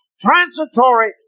transitory